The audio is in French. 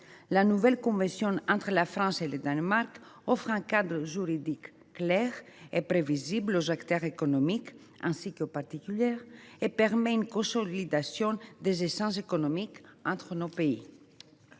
La nouvelle convention entre la France et le Danemark offre un cadre juridique clair et prévisible aux acteurs économiques, ainsi qu’aux particuliers, et permet une consolidation des échanges économiques entre nos pays.